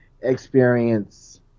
experience